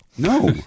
No